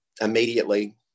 immediately